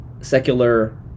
secular